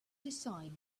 decide